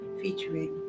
featuring